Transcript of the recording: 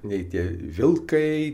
nei tie vilkai